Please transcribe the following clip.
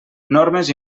normes